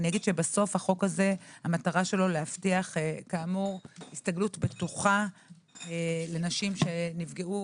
בסוף החוק הזה מטרתו להבטיח כאמור הסתגלות בטוחה לנשים שנפגעו